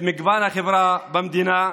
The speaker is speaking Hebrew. הכנסת מייצגת את מגוון החברה במדינה.